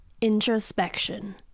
Introspection